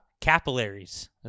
Capillaries